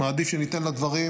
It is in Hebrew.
מעדיף שניתן לדברים,